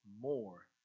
more